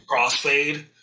crossfade